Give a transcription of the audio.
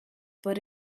but